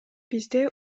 бизде